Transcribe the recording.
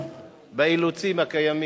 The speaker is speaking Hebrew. באילוצים הקיימים,